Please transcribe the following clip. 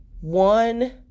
one